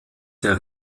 der